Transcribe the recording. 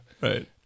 Right